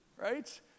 right